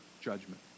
judgment